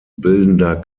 bildender